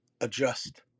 Adjust